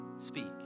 speak